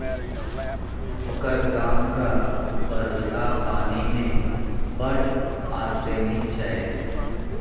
ओकर गामक उपरलका पानि मे बड़ आर्सेनिक छै